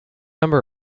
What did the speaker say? number